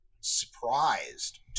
surprised